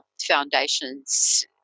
Foundation's